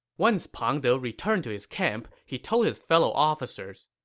once pang de returned to his camp, he told his fellow officers,